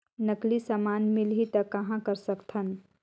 नकली समान मिलही त कहां कर सकथन?